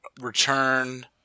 Return